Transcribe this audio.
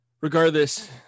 Regardless